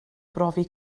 brofi